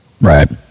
Right